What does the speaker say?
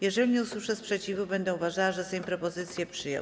Jeżeli nie usłyszę sprzeciwu, będę uważała, że Sejm propozycję przyjął.